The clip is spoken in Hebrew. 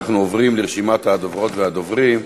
אנחנו עוברים לרשימת הדוברות והדוברים.